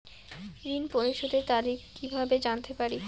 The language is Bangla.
ঋণ পরিশোধের তারিখ কিভাবে জানতে পারি?